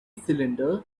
cylinder